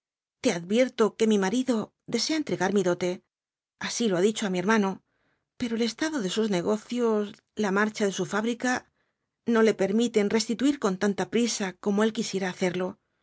te advierto que mi marido desea entregar mi dote así lo ha dicho á mi hermano pero el estado de sus negocios la marcha de su fábrica no le permiten restituir con tanta prisa como él quisiera hacerlo